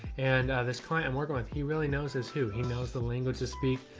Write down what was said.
and this client i'm working with, he really knows his who, he knows the language to speak.